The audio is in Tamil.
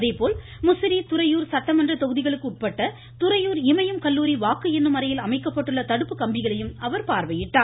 அதேபோல் முசிறி துறையூர் சட்டமன்ற தொகுதிகளுக்குட்பட்ட துறையூர் இமயம் கல்லூரி வாக்கு எண்ணும் அறையில் அமைக்கப்பட்டுள்ள தடுப்பு கம்பிகளையும் அவர் பார்வையிட்டார்